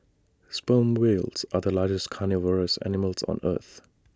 sperm whales are the largest carnivorous animals on earth